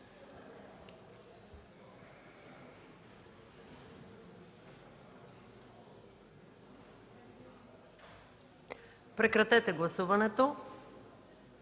прекратете гласуването,